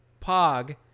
Pog